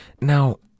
Now